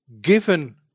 given